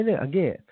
again